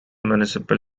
municipal